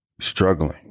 struggling